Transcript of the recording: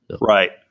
Right